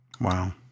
Wow